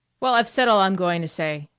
well, i've said all i'm going to say,